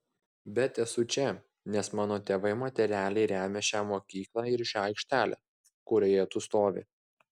bet esu čia nes mano tėvai materialiai remia šią mokyklą ir šią aikštelę kurioje tu stovi